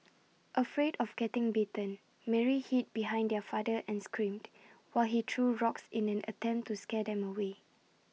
afraid of getting bitten Mary hid behind their father and screamed while he threw rocks in an attempt to scare them away